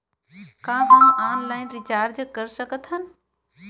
का हम online recharge कर सकत हन?